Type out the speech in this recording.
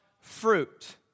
fruit